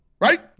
right